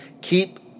Keep